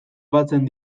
batzen